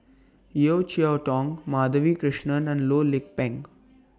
Yeo Cheow Tong Madhavi Krishnan and Loh Lik Peng